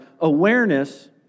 awareness